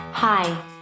Hi